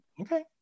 Okay